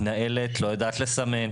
המנהלת לא יודעת לסמן.